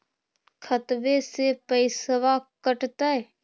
खतबे से पैसबा कटतय?